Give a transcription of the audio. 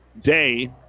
day